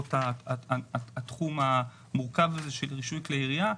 למרות התחום המורכב הזה של רישוי כלי ירייה.